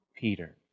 Peter